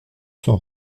s’en